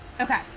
Okay